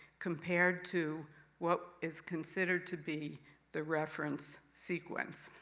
compared to what is considered to be the reference sequence.